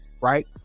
right